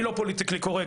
אני לא פוליטיקלי קורקט,